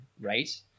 right